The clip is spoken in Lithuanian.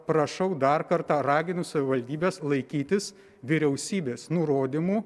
prašau dar kartą raginu savivaldybes laikytis vyriausybės nurodymų